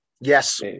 Yes